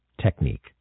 technique